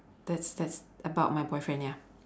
that's that's about my boyfriend ya